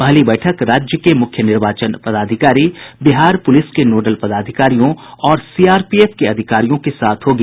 पहली बैठक राज्य के मुख्य निर्वाचन पदाधिकारी बिहार पुलिस के नोडल पदाधिकारियों और सीआरपीएफ अधिकारियों के साथ होगी